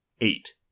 Eight